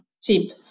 Cheap